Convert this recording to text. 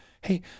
hey